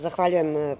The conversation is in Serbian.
Zahvaljujem.